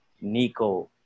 Nico